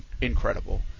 incredible